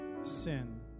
sin